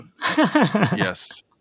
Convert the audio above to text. Yes